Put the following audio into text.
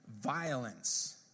violence